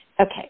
Okay